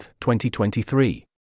2023